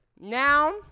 Now